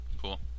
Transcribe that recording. Cool